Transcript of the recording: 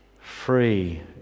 free